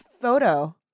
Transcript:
photo